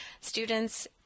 students